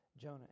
Jonah